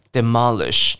Demolish